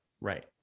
right